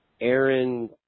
Aaron